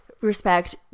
respect